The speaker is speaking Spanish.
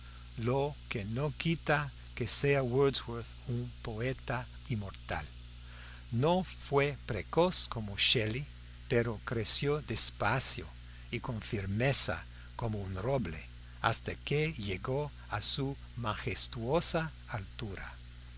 lo que no quita que sea wordsworth un poeta inmortal no fue precoz como shelley pero creció despacio y con firmeza como un roble hasta que llegó a su majestuosa altura